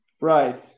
right